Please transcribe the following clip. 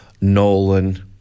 Nolan